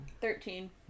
Thirteen